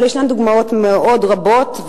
אבל יש דוגמאות רבות,